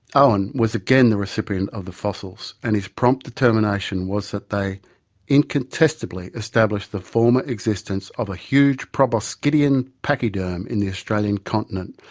owen was again the recipient of the fossils and his prompt determination was that they incontestably establish the former existence of a huge proboscidian pachyderm in the australian continent,